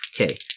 Okay